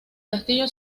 castillo